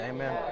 Amen